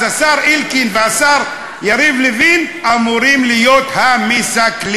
אז השר אלקין והשר יריב לוין אמורים להיות המסכלים.